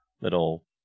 little